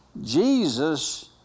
Jesus